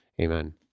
Amen